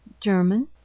German